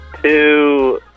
Two